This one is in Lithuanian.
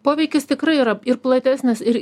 poveikis tikrai yra ir platesnis ir